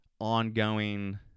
ongoing